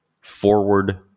forward